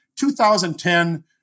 2010